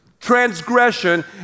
transgression